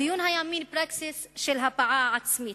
הדיון היה מין פרקסיס של הבעה עצמית.